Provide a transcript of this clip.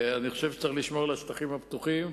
אני חושב שצריך לשמור על השטחים הפתוחים,